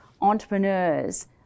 entrepreneurs